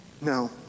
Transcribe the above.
No